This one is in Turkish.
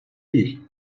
değil